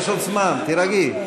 יש עוד זמן, תירגעי.